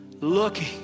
looking